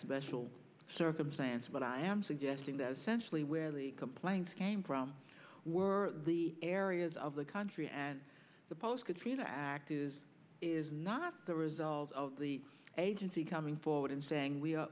special circumstance but i am suggesting that essentially where the complaints came from were the areas of the country and the post katrina act is is not the result of the agency coming forward and saying